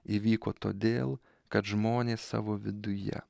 įvyko todėl kad žmonės savo viduje